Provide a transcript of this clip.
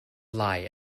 lie